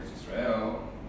Israel